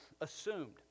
assumed